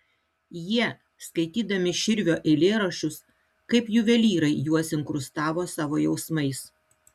jie skaitydami širvio eilėraščius kaip juvelyrai juos inkrustavo savo jausmais